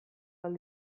ahal